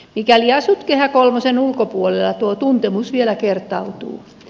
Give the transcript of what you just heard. mikäli asut kehä kolmosen ulkopuolella tuo tuntemus vielä kertautuu